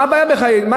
מה הבעיה בנישואין?